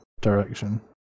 direction